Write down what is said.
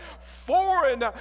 foreign